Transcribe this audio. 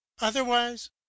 Otherwise